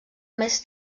més